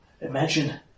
Imagine